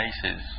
places